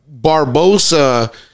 Barbosa